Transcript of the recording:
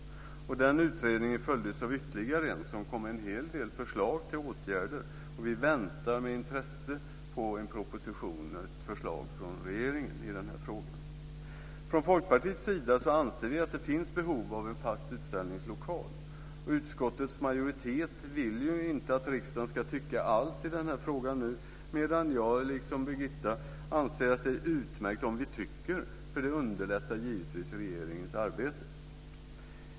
Denna utredning följdes av ytterligare en som innehöll en hel del förslag till åtgärder. Vi väntar med intresse på en proposition med förslag från regeringen i de här frågorna. Vi anser från Folkpartiets sida att det finns behov av en fast utställningslokal. Utskottets majoritet vill inte att riksdagen nu ska tycka någonting alls i den frågan, medan jag liksom Birgitta anser att det är utmärkt att vi tycker till, eftersom det underlättar regeringens arbete.